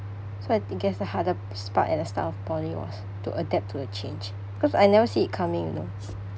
so I thi~ guess the hardest part of at the start of poly was to adapt to a change cause I never see it coming you know